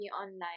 online